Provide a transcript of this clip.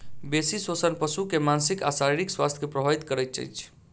बेसी शोषण पशु के मानसिक आ शारीरिक स्वास्थ्य के प्रभावित करैत अछि